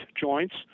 joints